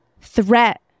threat